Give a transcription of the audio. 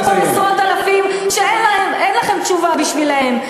שיישארו עוד עשרות אלפים שאין לכם תשובה בשבילם.